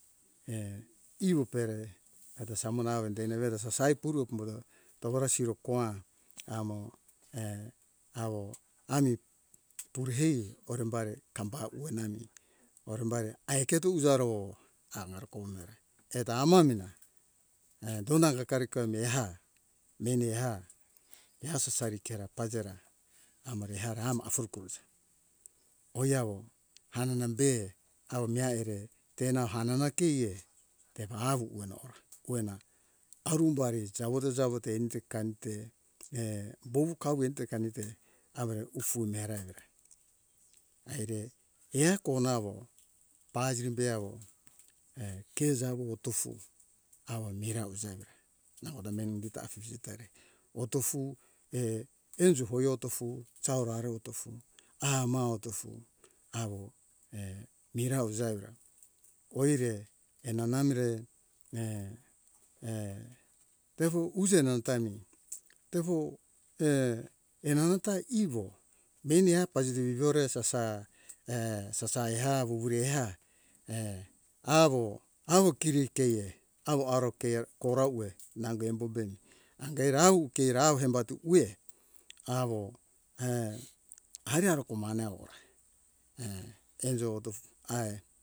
Err iru pere eto samo nao denoe vedo sasai puru umbuto togora siro koa amo err awo ami pure hai orembare kambau uenami orembari ai keto uja ro angaro kovu mere eto ama mina err dona naga kakarika meha mene eha eha sasari kera pazera amore eha amo afuru kuza oi awo hanana be awo meai ere tena hanana kie tepo hau uena hora uena arubari jawote jawote anta kante err bowu kaue anta kante awo ufu mera ra aire ehako navo paziri be awo err ke jawo otofu awa mirau ujaura nangota meni unduta afiji tari otofu err enjo foio otofu sau ra ro otofu auma otofu awo err mirau jaura oire enana mire err err tefo uje nanta mi tefo err enanata ivo meni ah pazivore sasa err sasa eha vuvure eha err avo avo kiri keie awo aro keia kora uve nango embo be mi angai rau ke rau embatu uwie awo err ari aroko mane ora ah enjo otofu